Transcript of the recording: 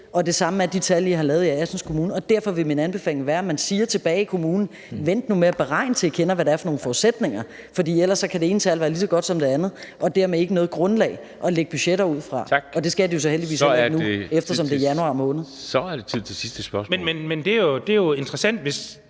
Og det samme er de tal, I har lavet i Assens Kommune. Derfor vil min anbefaling være, at man sige tilbage i kommunen: Vent nu med at beregne det, til I ved, hvad det er for nogle forudsætninger. For ellers kan det ene tal være lige så godt som det andet og er dermed ikke noget grundlag at lægge budgetter ud fra. Og det skal de så heldigvis heller ikke nu, eftersom det er januar måned. Kl. 14:26 Formanden (Henrik Dam Kristensen): Så